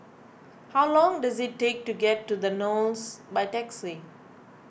how long does it take to get to the Knolls by taxi